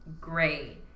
gray